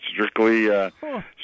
strictly